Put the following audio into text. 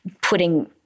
putting